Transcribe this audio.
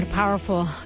powerful